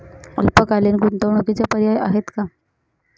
अल्पकालीन गुंतवणूकीचे पर्याय आहेत का?